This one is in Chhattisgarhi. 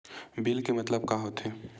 बिल के मतलब का होथे?